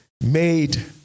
made